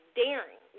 daring